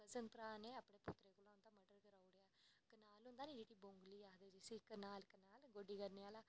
cousin भ्राऽ नै अपने पुत्तरें कोला उंदा मर्डर कराई ओड़ेआ कनाल होंदी नी जिसी बौंगड़ी आखदे जिस कन्नै गोड्डी करदे कनाल कनाल